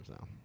Now